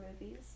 movies